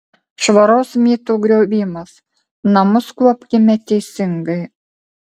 švaros mitų griovimas namus kuopkime teisingai